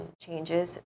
changes